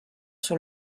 sur